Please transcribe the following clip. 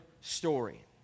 story